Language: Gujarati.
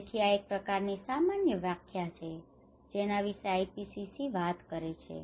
તેથી આ એક પ્રકારની સામાન્ય વ્યાખ્યા છે જેના વિશે આઇપીસીસી વાત કરે છે